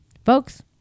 folks